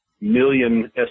million